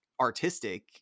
artistic